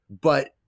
But-